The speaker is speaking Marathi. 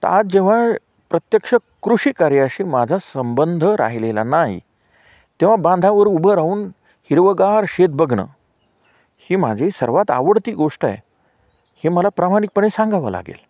त आज जेव्हा प्रत्यक्ष कृषीकार्याशी माझा संबंध राहिलेला नाही तेव्हा बांधावर उभं राहून हिरवंगार शेत बघणं ही माझी सर्वात आवडती गोष्ट आहे हे मला प्रामाणिकपणे सांगावं लागेल